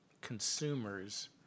consumers